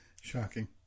Shocking